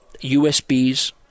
USBs